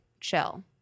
Chill